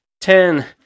ten